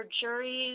juries